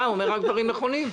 אתה אומר רק דברים נכונים.